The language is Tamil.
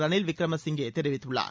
ரணில் விக்கிரமசிங்கே தெரிவித்துள்ளார்